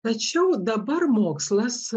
tačiau dabar mokslas